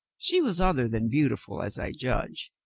she was other than beautiful, as i judge.